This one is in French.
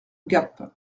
gap